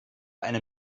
eine